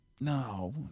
No